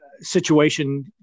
situation